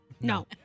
no